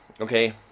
okay